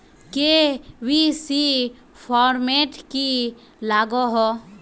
KYC format की लागोहो?